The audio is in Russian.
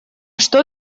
что